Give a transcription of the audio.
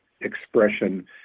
expression